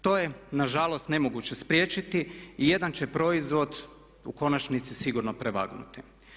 To je nažalost nemoguće spriječiti i jedan će proizvod u konačnici sigurno prevagnuti.